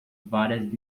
várias